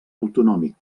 autonòmic